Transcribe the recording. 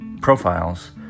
profiles